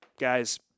guys